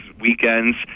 weekends